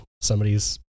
somebody's